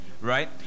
right